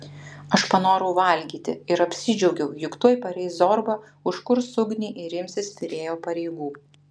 aš panorau valgyti ir apsidžiaugiau juk tuoj pareis zorba užkurs ugnį ir imsis virėjo pareigų